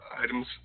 items